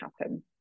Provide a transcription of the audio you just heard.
happen